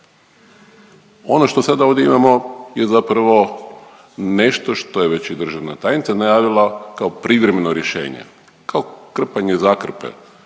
Ono što sada ovdje imamo je zapravo nešto što je već i državna tajnica najavila kao privremeno rješenje, kao krpanje zakrpe.